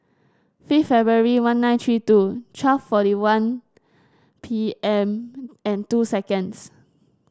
fifth February one nine three two twelve forty one P M and two seconds